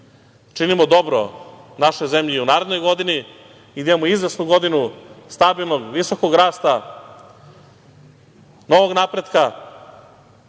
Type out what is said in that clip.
činimo dobro našoj zemlji i u narednoj godini i da imamo izvesnu godinu stabilnog, visokog rasta, novog napretka